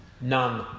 None